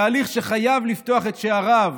תהליך שחייב לפתוח את שעריו